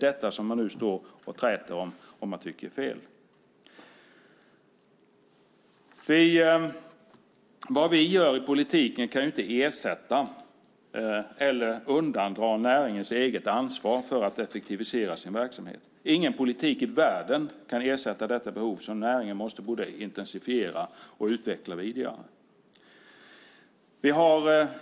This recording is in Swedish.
Det träter man nu om. Vad vi gör i politiken kan inte undandra näringen deras ansvar för att effektivisera verksamheten. Ingen politik i världen kan ersätta det behov som näringen måste intensifiera och utveckla vidare.